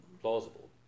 plausible